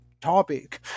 topic